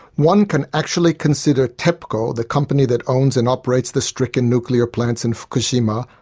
one can actually consider tepco, the company that owns and operates the stricken nuclear plants in fukushima,